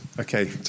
Okay